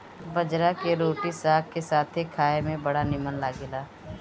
बजरा के रोटी साग के साथे खाए में बड़ा निमन लागेला